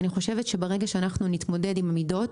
אני חושבת שברגע שאנחנו נתמודד עם מידות,